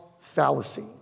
fallacy